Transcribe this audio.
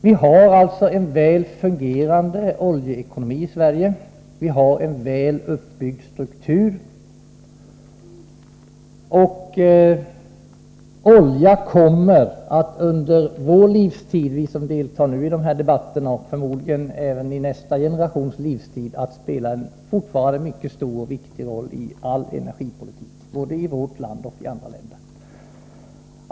Vi har en väl fungerande oljeekonomi i Sverige, med en väl uppbyggd struktur, och olja kommer att under vår generations och förmodligen även under nästa generations livstid fortfarande att spela en mycket stor och viktig rolli all energipolitik, såväl i vårt land som i andra länder.